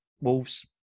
Wolves